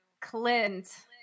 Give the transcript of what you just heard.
Clint